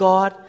God